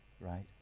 right